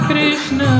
Krishna